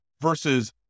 versus